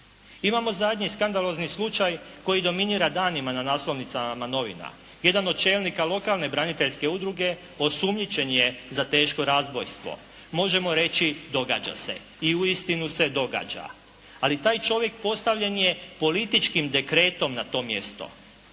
Imamo zadnji skandalozni slučaj koji dominira danima na naslovnicama novina. Jedan od čelnika lokalne braniteljske udruge osumnjičen je za teško razbojstvo. Možemo reći događa se i uistinu se događa. Ali taj čovjek postavljen je političkim dekretom na to mjesto.